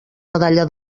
medalla